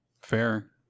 Fair